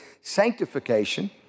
sanctification